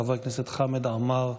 חבר הכנסת חמד עמאר,